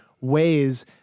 ways